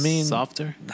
softer